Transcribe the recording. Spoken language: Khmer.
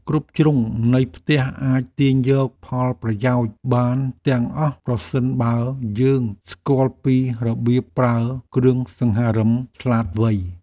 គ្រប់ជ្រុងនៃផ្ទះអាចទាញយកផលប្រយោជន៍បានទាំងអស់ប្រសិនបើយើងស្គាល់ពីរបៀបប្រើគ្រឿងសង្ហារិមឆ្លាតវៃ។